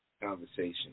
Conversation